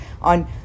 on